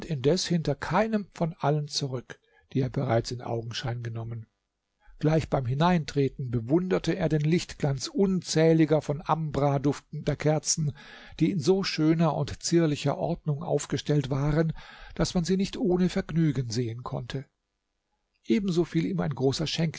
indes hinter keinem von allen zurück die er bereits in augenschein genommen gleich beim hineintreten bewunderte er den lichtglanz unzähliger von ambra duftender kerzen die in so schöner und zierlicher ordnung aufgestellt waren daß man sie nicht ohne vergnügen sehen konnte ebenso fiel ihm ein großer